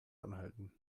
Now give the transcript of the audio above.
anhalten